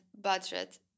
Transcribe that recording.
budget